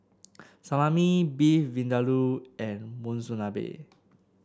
Salami Beef Vindaloo and Monsunabe